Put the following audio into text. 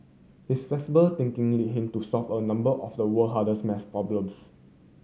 his flexible thinking lead him to solve a number of the world hardest maths problems